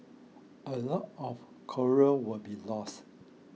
a lot of coral will be lost